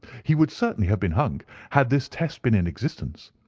he would certainly have been hung had this test been in existence.